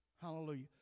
Hallelujah